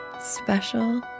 special